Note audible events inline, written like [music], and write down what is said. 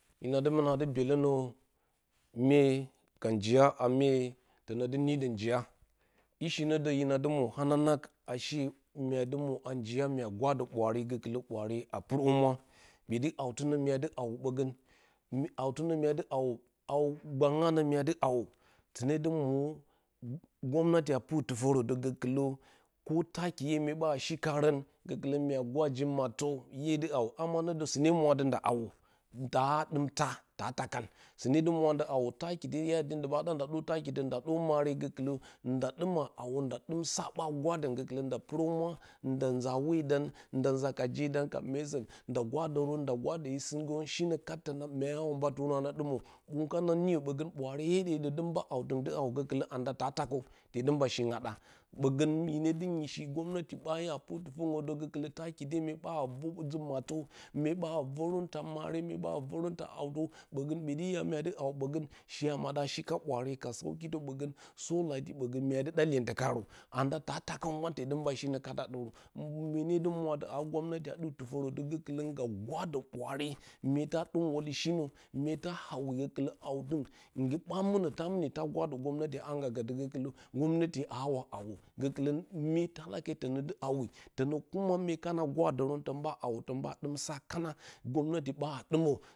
Na dɨ muna dɨ muna dɨ byelo no mye ka njiya a mye otno dɨ nidə njiya ishinə də hina dɨ muro hanana a she mya dɨ muro a njiya mya gwadə gbwaare gokɨlə buraare a purohumwa ɓoti hautɨnə muadɨ haurə ɓusən hawtɨnə mya dɨ hawə, haw gbangya nə mya dɨ hawə sune dɨ mwo gomnati a pɨr tuforodə gokɨlə ko taki mye ba shikarə gokɨlə mya gwa ji mattə iye dɨ hawi amanə də sine mwa tɨ nda hawo daa dɨm taa ta taa kah sɨne dɨ mwa ti nda hawo nda dɨne dɨ mwa ti nda hawo nda dɨm taa, taa taa kan sɨne ndɨ mwa ti nda hawo taki dai ndɨ ɓa ɗa nda dor taki nda dor mare gokɨ lə nda dɨm sa ɓa gwada gokilə nda purohumura nda nza hwodan nda nza ka jedan ka mesə nda gwadərə nda gwadə yisingə shinə ka tonge [unintelligible] tɨ na hin dɨmə wunkana niyə ɓogə bwaare hueɗo hyedo dɨ uba haudo dɨ hawi gokɨlə anda ta taa kow tedɨ mba shingh a da ɓogə hɨne dɨ nuish gomnati ɓa pur tudorə də gokɨlə taki dai mue ɓaa vor nji maltə mye baa vorə taa mare mye baa vorə taa hautə ɓogə ɓoti ya myadi hawo ɓogə she a maddə shi ka ɓwaare ka kasan tə ɓogə so ɓgənn myadɨ ɗa iyentaurn karaturun anda da taakowa gban tedɨ mba shinə kat a ɗoro mye ne dɨ mwi adɨ a gomnati duk tudorə də gokɨlə nga gwadə ɓwaare myeta dɨm mbali shinə myeta hawi yo kɨlo hawtingn ngɨba muna ta mɨni ta gwadə gomnati a ha nga gədə gokulə mye gomnati tonə dɨ hawi tonə [unintelligible] myekana gwadərə ton ɓa hawo tun ɓa ɗim sa kana gomnati baa dɨmə.